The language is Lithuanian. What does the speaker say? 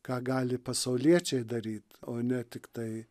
ką gali pasauliečiai daryt o ne tiktai